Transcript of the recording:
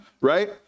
right